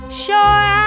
sure